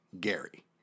Gary